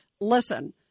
listen